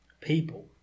people